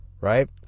right